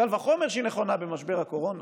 קל וחומר שהיא נכונה במשבר הקורונה,